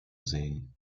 sehen